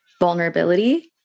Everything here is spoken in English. vulnerability